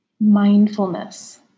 mindfulness